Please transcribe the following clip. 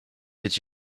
did